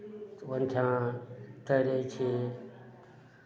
तऽ ओहि ठाँ तैरैत छी